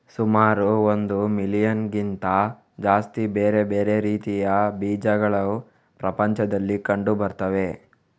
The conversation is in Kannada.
ಸುಮಾರು ಒಂದು ಮಿಲಿಯನ್ನಿಗಿಂತ ಜಾಸ್ತಿ ಬೇರೆ ಬೇರೆ ರೀತಿಯ ಬೀಜಗಳು ಪ್ರಪಂಚದಲ್ಲಿ ಕಂಡು ಬರ್ತವೆ